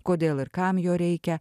kodėl ir kam jo reikia